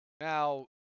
now